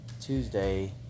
Tuesday